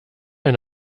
eine